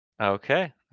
Okay